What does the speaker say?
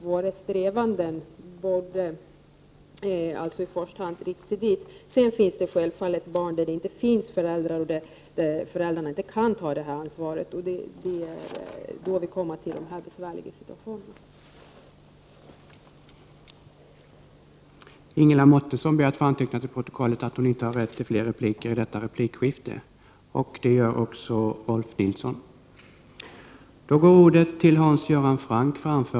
Våra strävanden borde alltså i första hand inriktas på att barnen får stanna hos sina föräldrar. Självfallet finns det barn som inte har några föräldrar eller där föräldrarna inte kan ta detta ansvar, och det är då som dessa besvärliga situationer uppstår.